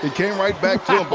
came right back to him.